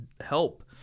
help